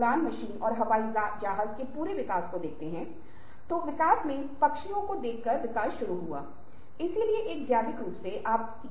ऐसा नहीं है कि जब हम बातचीत करने की कोशिश कर रहे हैं तो हमें आधी जानकारी हो रही है या पूरी तरह से सुसज्जित नहीं है कि हम क्या चाहते हैं